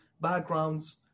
backgrounds